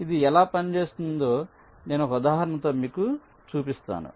ఇది ఎలా చేస్తుందో నేను ఒక ఉదాహరణతో మీకు చూపిస్తాను